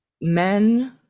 men